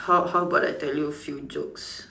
how how about I tell you few jokes